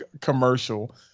commercial